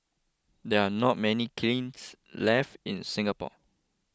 there are not many kilns left in Singapore